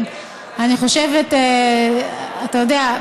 אתה יודע,